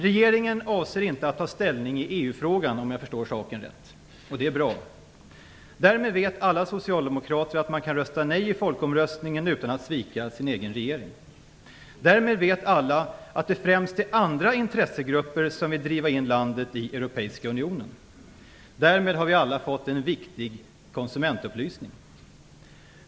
Regeringen avser inte att ta ställning i EU-frågan, om jag förstår saken rätt. Det är bra. Därmed vet alla socialdemokrater att man kan rösta nej i folkomröstningen utan att svika sin egen regering. Därmed vet alla att det främst är andra intressegrupper som vill driva in landet i Europeiska unionen. Därmed har vi alla fått en viktig konsumentupplysning.